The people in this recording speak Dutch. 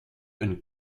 een